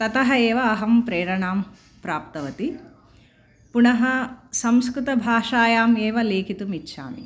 ततः एव अहं प्रेरणां प्राप्तवती पुनः संस्कृतभाषायाम् एव लेखितुम् इच्छामि